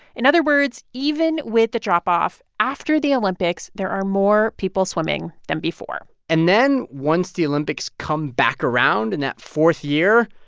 in other words, even with the drop-off, after the olympics, there are more people swimming than before and then once the olympics come back around in that fourth year,